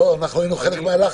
לא, אנחנו היינו חלק מהלחץ.